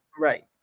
Right